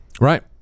Right